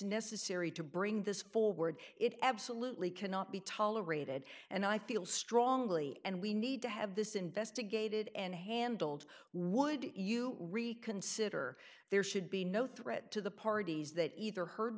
necessary to bring this forward it absolutely cannot be tolerated and i feel strongly and we need to have this investigated and handled would you reconsider there should be no threat to the parties that either heard